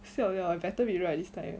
siao liao I better be right this time eh